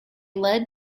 led